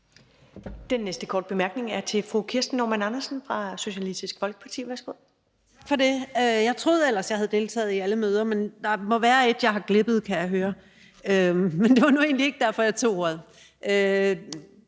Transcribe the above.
Den næste korte bemærkning er til fru Kirsten Normann Andersen fra Socialistisk Folkeparti. Værsgo. Kl. 20:17 Kirsten Normann Andersen (SF): Tak for det. Jeg troede ellers, jeg havde deltaget i alle møder, men der må være et, der er glippet, kan jeg høre, men det var nu egentlig ikke derfor, jeg tog ordet.